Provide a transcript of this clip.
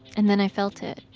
and then i felt it